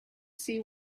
see